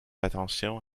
attention